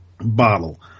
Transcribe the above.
bottle